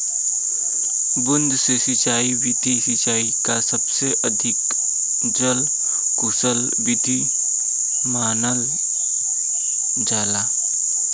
बूंद से सिंचाई विधि सिंचाई क सबसे अधिक जल कुसल विधि मानल जाला